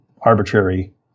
arbitrary